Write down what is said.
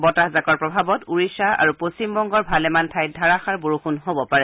বতাহজাকৰ প্ৰভাৱত ওড়িশা আৰু পশ্চিমবংগৰ ভালেমান ঠাইত ধাৰাসাৰ বৰষুণ হ'ব পাৰে